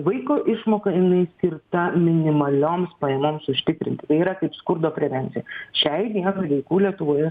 vaiko išmoka jinai skirta minimalioms pajamoms užtikrinti tai yra kaip skurdo prevencija šiai dienai vaikų lietuvoje